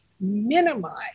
minimize